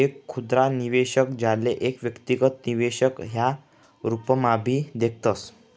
एक खुदरा निवेशक, ज्याले एक व्यक्तिगत निवेशक ना रूपम्हाभी देखतस